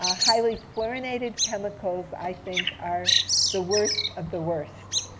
ah highly fluorinated chemicals, i think, are the worst of the worst.